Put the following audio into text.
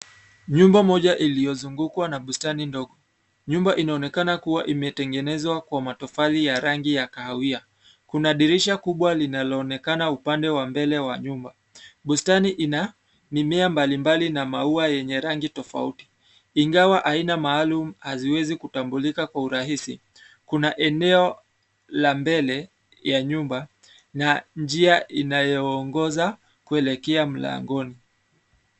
Nyumba moja iliyozungukwa na bustani ndogo. Nyumba inaonekana kuwa imetengenezwa kwa matofali ya rangi ya kahawia. Kuna dirisha kubwa linaloonekana upande wa mbele wa nyumba. Bustani ina mimea mbalimbali na maua yenye rangi tofauti ingawa aina maalum haziwezi kuatambulika kwa urahisi. Kuna eneo la mbele ya nyumba na njia inayoongoza kuelekea mlangoni.